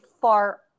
far